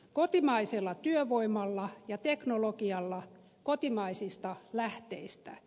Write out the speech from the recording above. kotimaisella työvoimalla ja teknologialla kotimaisista lähteistä